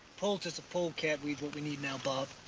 poultice of polecat weed what we need now, bob.